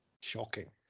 shocking